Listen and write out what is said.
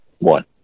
one